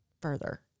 further